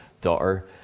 daughter